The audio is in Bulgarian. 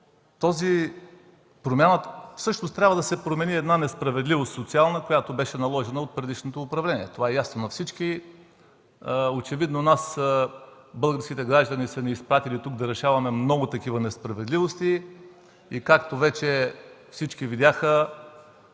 местната власт. Всъщност трябва да се промени една социална несправедливост, наложена от предишното управление. Това е ясно на всички. Очевидно българските граждани са ни изпратили тук да решаваме много такива несправедливости и както вече всички видяха